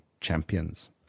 champions